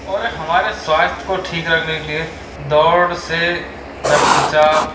और हमारे स्वास्थ्य को ठीक रखने के लिए दौड़ से रक्तचाप